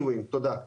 תודה.